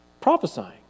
prophesying